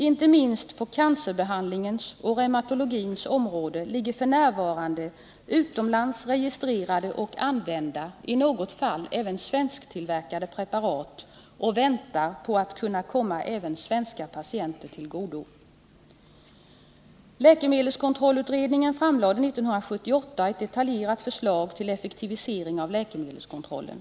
Inte minst på cancerbehandlingens och reumatologins område väntar f.n. utomlands registrerade och använda — i något fall även svensktillverkade — preparat på att få komma även svenska patienter till godo. Läkemedelskontrollutredningen framlade 1978 ett detaljerat förslag tili effektivisering av läkemedelskontrollen.